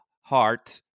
heart